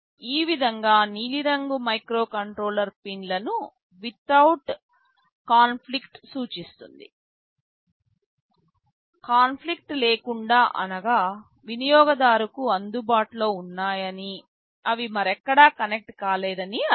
ఈ విధంగా నీలిరంగు మైక్రోకంట్రోలర్ పిన్లను వితౌట్ కాన్ఫ్లిక్ట్ సూచిస్తుంది కాన్ఫ్లిక్ట్ లేకుండా అనగా వినియోగదారుకు అందుబాటులో ఉన్నాయని అవి మరెక్కడా కనెక్ట్ కాలేదని అర్థం